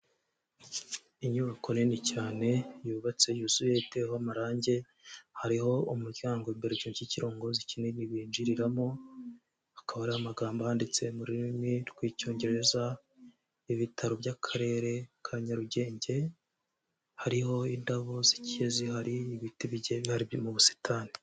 Inyubako nini cyane yubatse yuzuye iteyeho amarange, hariho umuryango imbere y'icyo cy'ikirongozi kinini binjiriramo, hakaba hariho amagambo ahanditse mu rurimi rw'icyongereza, ibitaro by'akarere ka Nyarugenge hariho indabo zigiye zihari ibiti bike bihari byo mu busitani.